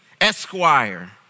Esquire